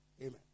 Amen